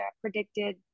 predicted